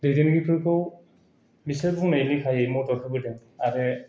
दैदेनगिरिफोरखौ बिसोर बुंनाय लेखायै मदद होबोदों आरो